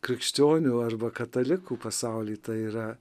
krikščionių arba katalikų pasauly tai yra